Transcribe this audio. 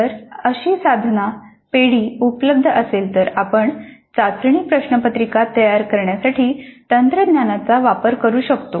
जर अशी साधन पेढी उपलब्ध असेल तर आपण चाचणी प्रश्नपत्रिका तयार करण्यासाठी तंत्रज्ञानाचा वापर करू शकतो